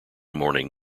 morning